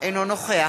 אינו נוכח